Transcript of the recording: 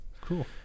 Cool